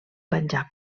panjab